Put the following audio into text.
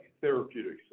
therapeutics